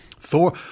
Thor